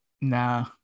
nah